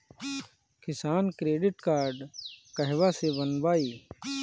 किसान credit card कहवा से बनवाई?